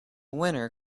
winner